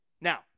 Now